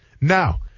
Now